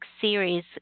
series